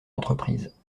entreprises